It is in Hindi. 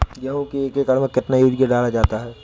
गेहूँ के एक एकड़ में कितना यूरिया डाला जाता है?